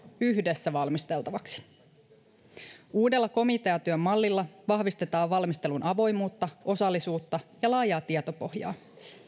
yhdessä valmisteltavaksi uudella komiteatyömallilla vahvistetaan valmistelun avoimuutta osallisuutta ja laajaa tietopohjaa